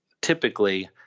Typically